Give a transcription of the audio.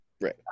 Right